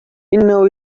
إنه